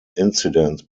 incidents